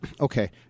okay